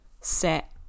set